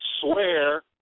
swear